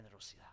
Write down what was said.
generosidad